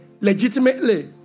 legitimately